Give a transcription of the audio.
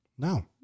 No